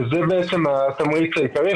זה התמריץ העיקרי,